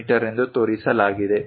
me ಎಂದು ತೋರಿಸಲಾಗಿದೆ